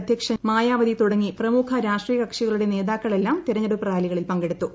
അധ്യക്ഷ മായാവതി തുടങ്ങി പ്രമുഖ രാഷ്ട്രീയ കക്ഷികളുടെ നേതാക്കളെല്ലാം തെരഞ്ഞെടുപ്പ് റാലികളിൽ പങ്കെടുത്തു